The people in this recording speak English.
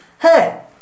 Hey